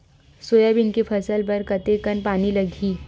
Soybean के फसल बर कतेक कन पानी लगही?